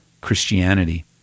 Christianity